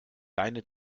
deine